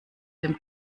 dem